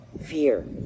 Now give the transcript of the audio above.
fear